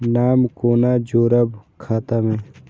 नाम कोना जोरब खाता मे